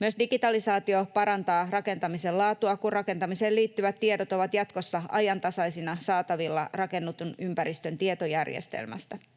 Myös digitalisaatio parantaa rakentamisen laatua, kun rakentamiseen liittyvät tiedot ovat jatkossa ajantasaisina saatavilla rakennetun ympäristön tietojärjestelmästä.